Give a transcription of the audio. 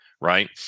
right